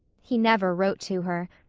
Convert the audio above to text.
he never wrote to her,